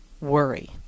worry